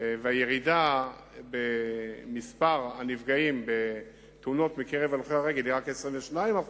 והירידה במספר הנפגעים בתאונות מקרב הולכי-הרגל היא רק 22%,